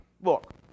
Look